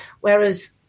Whereas